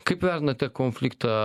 kaip vertinate konfliktą